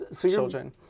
children